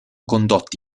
condotti